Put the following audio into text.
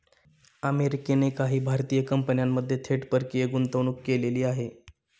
अमेरिकेने काही भारतीय कंपन्यांमध्ये थेट परकीय गुंतवणूक केलेली आहे